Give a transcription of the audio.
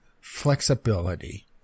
flexibility